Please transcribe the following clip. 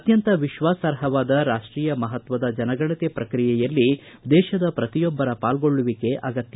ಅತ್ಯಂತ ವಿಶ್ವಾಸಾರ್ಹವಾದ ರಾಷ್ಷೀಯ ಮಹತ್ವದ ಜನಗಣತಿ ಪ್ರಕ್ರಿಯೆಯಲ್ಲಿ ದೇಶದ ಪ್ರತಿಯೊಬ್ಬರ ಪಾಲ್ಗೊಳ್ಳುವಿಕೆ ಅಗತ್ಯ